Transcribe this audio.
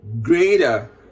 Greater